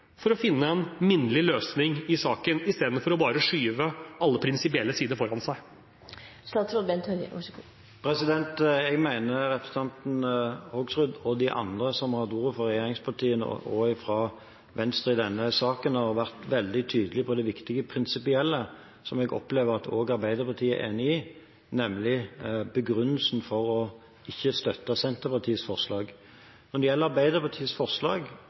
for å finne en minnelig løsning i saken, i stedet for bare å skyve alle prinsipielle sider foran seg? Jeg mener at representanten Hoksrud og de andre som har hatt ordet fra regjeringspartienes side og fra Venstres side i denne saken, har vært veldig tydelige på det viktige prinsipielle, som jeg opplever at også Arbeiderpartiet er enig i, nemlig begrunnelsen for ikke å støtte Senterpartiets forslag. Når det gjelder Arbeiderpartiets forslag,